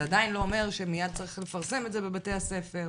זה עדיין לא אומר שמיד צריך לפרסם את זה בבתי הספר.